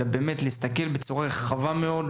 אלא באמת להסתכל בצורה רחבה מאוד,